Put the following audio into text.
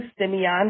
Simeon